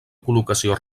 col·locació